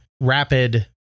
rapid